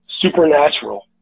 Supernatural